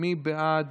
מי בעד?